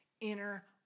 inner